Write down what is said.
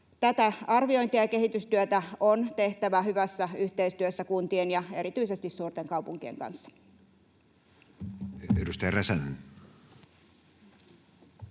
Tätä arviointia ja kehitystyötä on tehtävä hyvässä yhteistyössä kuntien ja erityisesti suurten kaupunkien kanssa.